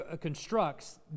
constructs